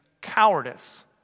cowardice